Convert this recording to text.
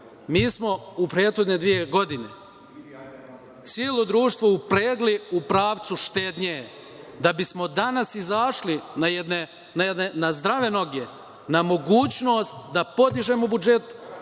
mi smo u prethodne dve godine celo društvo upregli u pravcu štednje da bismo danas izašli na zdrave noge, na mogućnost da podižemo budžet